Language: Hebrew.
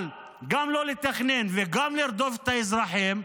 אבל גם לא לתכנן וגם לרדוף את האזרחים,